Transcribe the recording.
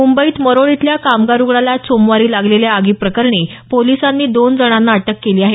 मुंबईत मरोळ इथल्या कामगार रुग्णालयात सोमवारी लागलेल्या आगी प्रकरणी पोलिसांनी दोन जणांना अटक केली आहे